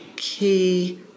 key